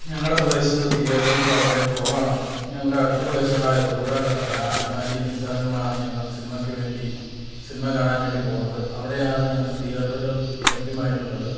ഞങ്ങളുടെ പ്രദേശത്ത് തിയേറ്ററുകള് വളരെ കുറവാണ് ഞങ്ങളുടെ അടുത്ത പ്രദേശങ്ങളായ തൊടുപുഴ കട്ടപ്പന അടിമാലി എന്നീ സ്ഥലങ്ങളിലാണ് ഞങ്ങള് സിനിമക്ക് വേണ്ടി സിനിമ കാണാന് വേണ്ടി പോകുന്നത് അവിടെയാണ് ഞങ്ങൾക്ക് തിയേറ്ററുകള് ലഭ്യമായിട്ടുള്ളത്